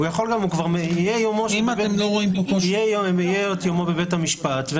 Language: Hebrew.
יהיה לו את יומו בבית המשפט.